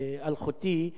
אלחוטית,